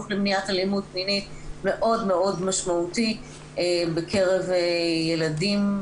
למניעת אלימות מינית מאוד מאוד משמעותי בקרב ילדים,